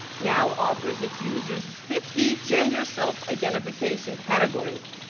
now offers its users fifty gender self-identification categories.